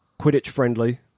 Quidditch-friendly